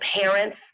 parents